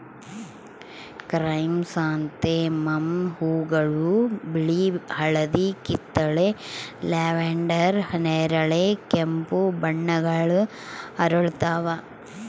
chrysanthemum ಹೂವುಗಳು ಬಿಳಿ ಹಳದಿ ಕಿತ್ತಳೆ ಲ್ಯಾವೆಂಡರ್ ನೇರಳೆ ಕೆಂಪು ಬಣ್ಣಗಳ ಅರಳುತ್ತವ